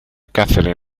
katherine